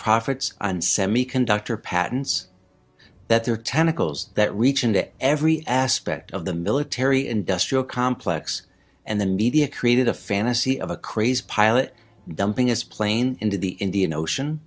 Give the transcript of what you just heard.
profits on semiconductor patents that their tentacles that reach into every aspect of the military industrial complex and the media created a fantasy of a crazed pilot dumping us plane into the indian ocean